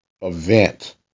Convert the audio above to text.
event